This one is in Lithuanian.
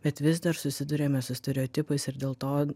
bet vis dar susiduriame su stereotipais ir dėl to